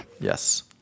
Yes